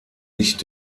nicht